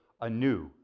anew